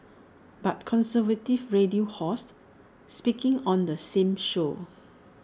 but conservative radio host speaking on the same show